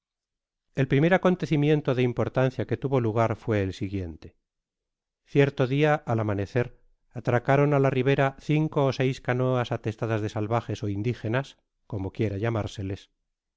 el primer acontecimiento de importancia que tuvo lugav fue el siguiente cierto dia al amanecer atracaron á la ribera cinco ó seis canoas atestadas de salvajes ó indigenas como quiera llamárseles